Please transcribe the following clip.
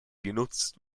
genutzt